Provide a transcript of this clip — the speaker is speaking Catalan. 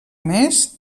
més